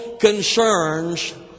concerns